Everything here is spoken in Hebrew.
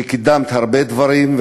שקידמת הרבה דברים,